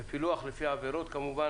בפילוח לפי עבירות כמובן,